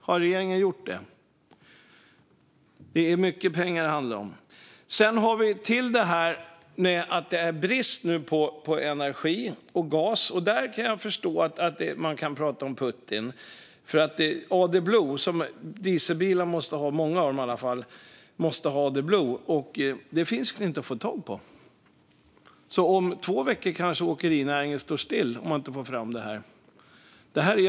Har regeringen gjort det? Det är mycket pengar som det handlar om. Det råder nu brist på energi och gas. Jag kan förstå att man kan prata om Putin. Adblue, som många dieselbilar måste ha, finns inte att få tag på. Om två veckor kanske åkerinäringen står still om det inte går att få fram det här.